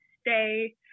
stay